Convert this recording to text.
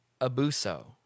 Abuso